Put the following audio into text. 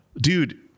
dude